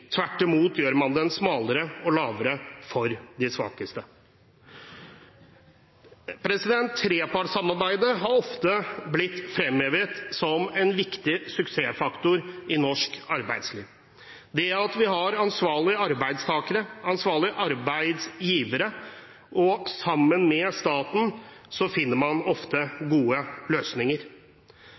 tvert imot gjør man den smalere og lavere for de svakeste. Trepartssamarbeidet har ofte blitt fremhevet som en viktig suksessfaktor i norsk arbeidsliv – det at vi har ansvarlige arbeidstakere, ansvarlige arbeidsgivere – og sammen med staten finner man ofte gode løsninger.